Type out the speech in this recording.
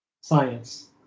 science